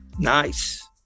Nice